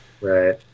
Right